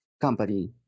company